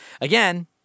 Again